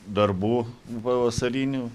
darbų va vasarinių